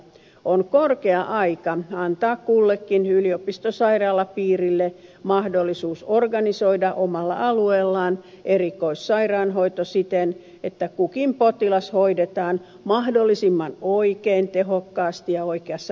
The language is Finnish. on korkea aika antaa kullekin yliopistosairaalapiirille mahdollisuus organisoida omalla alueellaan erikoissairaanhoito siten että kukin potilas hoidetaan mahdollisimman oikein tehokkaasti ja oikeassa paikassa